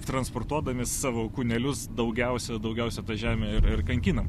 transportuodami savo kūnelius daugiausia daugiausia tą žemę ir ir kankinam